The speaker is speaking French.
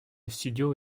studio